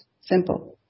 Simple